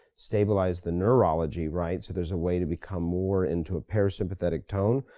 stabilize the neurology, right, so there's a way to become more into a parasympathetic tone.